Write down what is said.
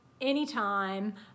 anytime